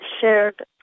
shared